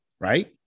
Right